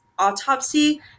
Autopsy